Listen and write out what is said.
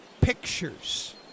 pictures